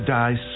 die